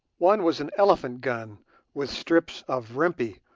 one was an elephant gun with strips of rimpi,